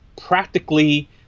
practically